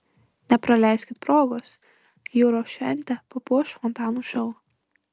nepraleiskit progos jūros šventę papuoš fontanų šou